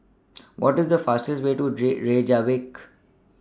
What IS The fastest Way to Reykjavik